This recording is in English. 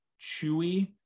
Chewy